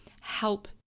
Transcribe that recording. help